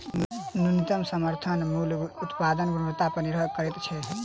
न्यूनतम समर्थन मूल्य उत्पादक गुणवत्ता पर निभर करैत छै